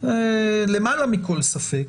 למעלה מכל ספק,